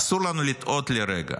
אסור לנו לטעות לרגע,